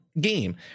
game